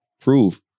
prove